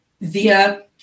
via